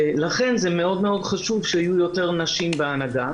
ולכן זה מאוד מאוד חשוב שיהיו יותר נשים בהנהגה.